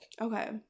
Okay